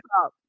up